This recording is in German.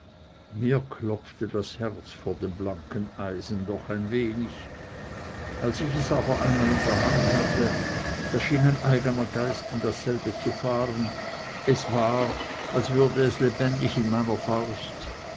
mir klopfte das herz vor dem blanken eisen doch ein wenig als ich es aber einmal in der hand hatte da schien ein eigener geist in dasselbe zu fahren es war als würde es lebendig in meiner faust